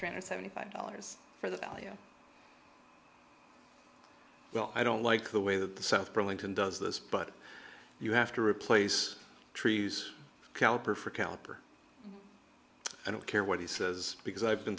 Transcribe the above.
three hundred seventy five dollars for the value well i don't like the way that the south burlington does this but you have to replace trees caliper for caliper i don't care what he says because i've been